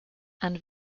and